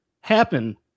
happen